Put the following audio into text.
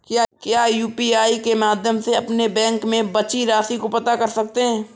क्या यू.पी.आई के माध्यम से अपने बैंक में बची राशि को पता कर सकते हैं?